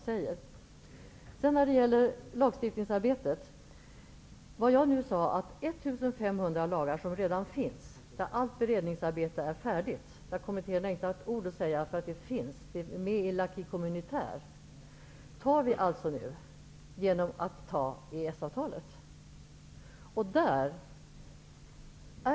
Jag sade att om de 1 500 lagar som redan finns och där allt beredningsarbete är färdigt har kommittéerna inte ett ord att säga, eftersom det finns med i l'acquis communautaire. Dessa lagar antar vi nu genom att anta EES-avtalet.